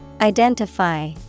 identify